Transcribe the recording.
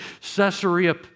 Caesarea